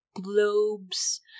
globes